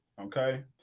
okay